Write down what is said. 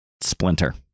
Splinter